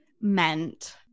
meant